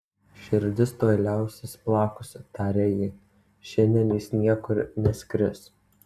širdis tuoj liausis plakusi tarė ji šiandien jis niekur neskris